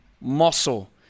muscle